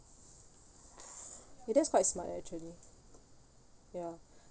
it is quite smart actually ya